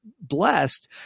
blessed